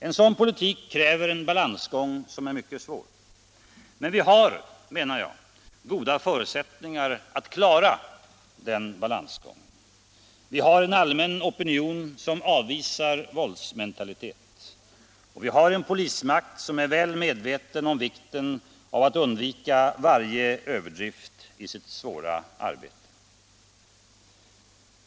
En sådan politik kräver en balansgång som är mycket svår, men vi har, menar jag, goda förutsättningar att klara den balansgången. Vi har en allmän opinion som avvisar våldsmentalitet och vi har en polismakt, som är väl medveten om vikten av att undvika varje överdrift i sitt svåra arbete.